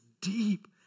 deep